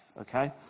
Okay